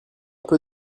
peu